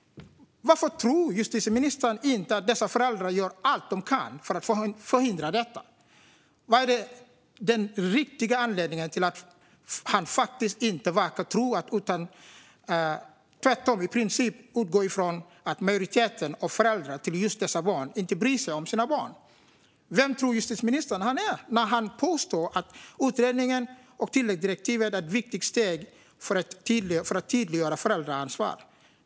Varför tror inte justitieministern att dessa föräldrar gör allt de kan för att förhindra problemet? Vad är den riktiga anledningen till att han faktiskt verkar utgå från att majoriteten av föräldrarna till just dessa barn inte bryr sig om sina barn? Vem tror justitieministern att han är när han påstår att utredningen och tilläggsdirektivet är ett viktigt steg för att tydliggöra föräldraansvaret?